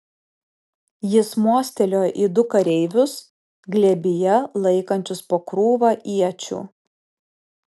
jis mostelėjo į du kareivius glėbyje laikančius po krūvą iečių